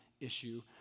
issue